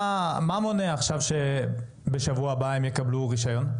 מה מונע את זה שבשבוע הבא הם יקבלו רישיון?